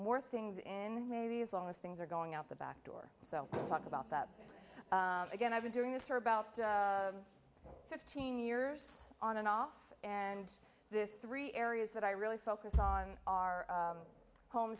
more things in maybe as long as things are going out the back door so let's talk about that again i've been doing this for about fifteen years on and off and the three areas that i really focus on are home